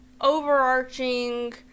overarching